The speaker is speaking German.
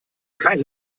kein